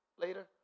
later